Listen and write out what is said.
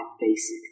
basic